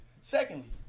Secondly